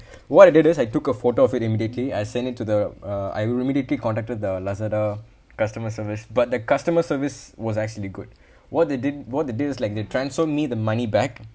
what I did is I took a photo of it immediately I send it to the uh I immediately contacted the lazada customer service but the customer service was actually good what they did what they did was like they transfer me the money back